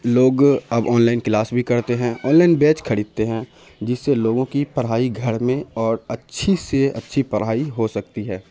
لوگ اب online class بھی کرتے ہیں آن لائن بیچ خریدتے ہیں جس سے لوگوں کی پرھائی گھر میں اور اچھی سے اچھی پڑھائی ہو سکتی ہے